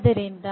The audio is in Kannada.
ಆದ್ದರಿಂದ